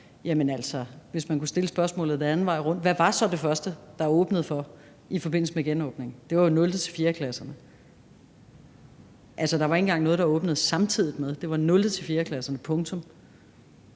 vej rundt og spørge: Hvad var så det første, der åbnedes for i forbindelse med genåbningen? Det var jo 0.-4. klasserne. Altså, der var ikke engang noget, der åbnede samtidig med. Det var 0.-4. klasserne – punktum.